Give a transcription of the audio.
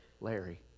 Larry